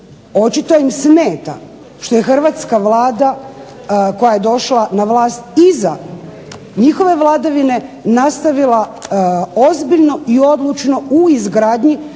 Očito im smeta što je Hrvatska vlada koja je došla na vlast iza njihove vladavine nastavila ozbiljno i odlučno u izgradnji